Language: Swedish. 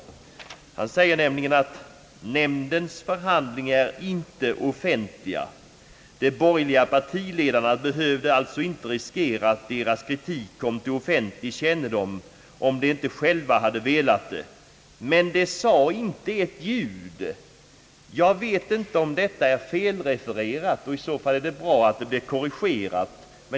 Statsministern yttrade nämligen bl.a.: »Nämndens förhandlingar är inte offentliga. De borgerliga partiledarna behövde alltså inte riskera att deras kritik kom till offentlig kännedom om de inte själva hade velat det. Men de sade inte ett ljud.» Jag vet inte om detta är felrefererat — i så fall är det bra att det blir korrigerat.